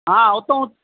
हा उतां